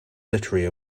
literary